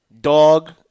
dog